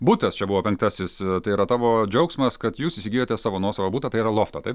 butas čia buvo penktasis tai yra tavo džiaugsmas kad jūs įsigijote savo nuosavą butą tai yra loftą taip